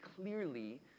clearly